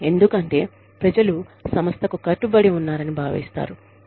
ఎందుకంటే ప్రజలు సంస్థకు కట్టుబడి ఉన్నారని భావిస్తారు